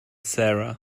sarah